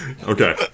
Okay